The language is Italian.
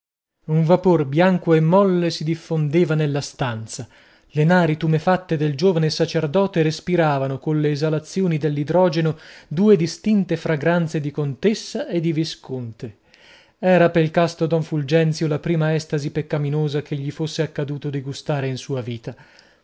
un vapor bianco e molle si diffondeva nella stanza le nari tumefatte del giovane sacerdote respiravano colle esalazioni dell'idrogeno due distinte fragranze di contessa e di visconte era pel casto don fulgenzio la prima estasi peccaminosa che gli fosse accaduto di gustare in sua vita